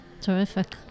Terrific